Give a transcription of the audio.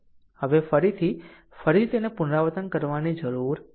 હવે ફરીથી અને ફરીથી પુનરાવર્તન કરવાની જરૂર નથી